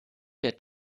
der